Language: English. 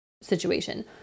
situation